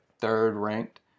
third-ranked